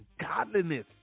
godliness